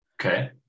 Okay